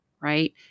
right